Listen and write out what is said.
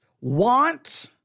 want